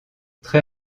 très